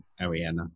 ariana